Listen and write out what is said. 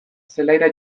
zelaira